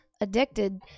addicted